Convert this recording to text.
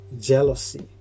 Jealousy